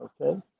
Okay